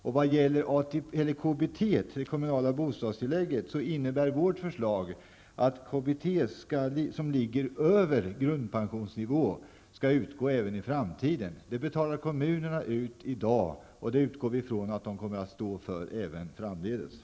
När det gäller KBT, det kommunala bostadstillägget, innebär vårt förslag att KBT som ligger över grundpensionsnivå skall utgå även i framtiden. Kommunerna betalar KBT i dag, och vi utgår från att de skall stå för dessa kostnader även framdeles.